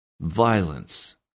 violence